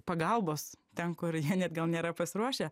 pagalbos ten kur jie net gal nėra pasiruošę